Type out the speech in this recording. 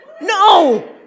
No